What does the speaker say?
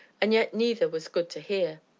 and yet neither was good to hear.